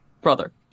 Brother